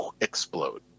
explode